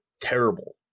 terrible